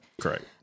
Correct